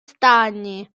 stagni